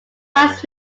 lights